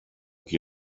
qui